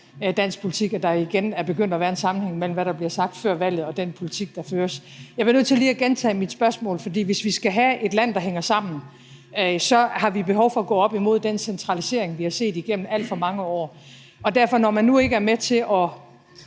dansk politik, at der igen er begyndt at være en sammenhæng, mellem hvad der bliver sagt før valget og den politik, der føres. Jeg bliver nødt til lige at gentage mit spørgsmål, for hvis vi skal have et land, der hænger sammen, så har vi behov for at gå op imod den centralisering, vi har set igennem alt for mange år. Og derfor, når man nu ikke er med til at